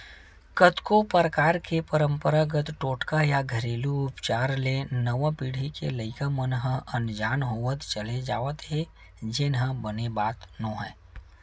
कतको परकार के पंरपरागत टोटका या घेरलू उपचार ले नवा पीढ़ी के लइका मन ह अनजान होवत चले जावत हे जेन ह बने बात नोहय